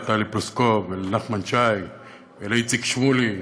לטלי פלוסקוב ולנחמן שי ולאיציק שמולי.